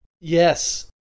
Yes